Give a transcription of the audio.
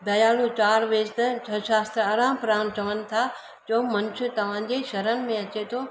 दयालू चारि विस्त छ शास्त्र अराम प्रणाम चवण था जो मनुष्य तव्हांजे शरण में अचे थो